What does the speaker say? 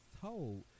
told